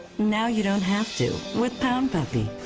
now you don't have to, with pound puppy,